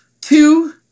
Two